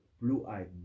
Blue-eyed